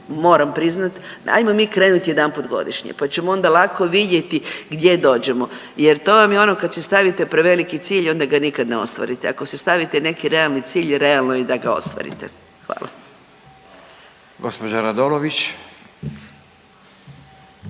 moram priznati, hajmo mi krenuti jedanput godišnje pa ćemo onda lako vidjeti gdje dođemo. Jer to vam je ono, kad si stavite preveliki cilj, onda ga nikad ne ostvarite. Ako si stavite neki realni cilj, realno je i da ga ostvarite. Hvala. **Radin, Furio